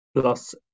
plus